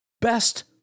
Best